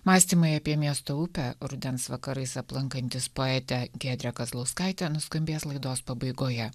mąstymai apie miesto upę rudens vakarais aplankantys poetę giedrę kazlauskaitę nuskambės laidos pabaigoje